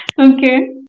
okay